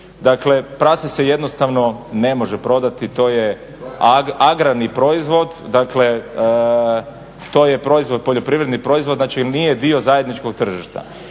Dakle prase se jednostavno ne može prodati, to je agrarni proizvod. Dakle, to je proizvod, poljoprivredni proizvod, znači nije dio zajedničkog tržišta.